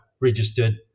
registered